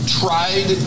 tried